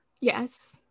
Yes